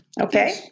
Okay